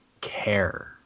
care